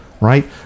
right